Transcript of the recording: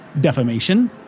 defamation